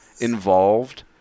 involved